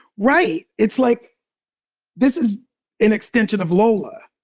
right. it's like this is an extension of lola.